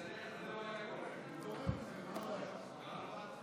קבוצת סיעת הציונות הדתית וקבוצת סיעת ש"ס לסעיף 5 לא נתקבלה.